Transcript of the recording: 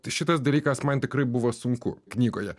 tai šitas dalykas man tikrai buvo sunku knygoje